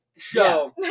show